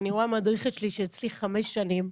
ואני רואה מדריך שאצלי חמש שנים,